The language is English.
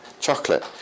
Chocolate